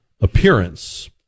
appearance